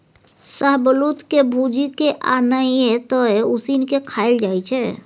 शाहबलुत के भूजि केँ आ नहि तए उसीन के खाएल जाइ छै